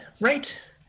right